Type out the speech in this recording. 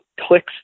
clicks